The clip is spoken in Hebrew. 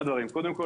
כל,